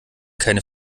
keine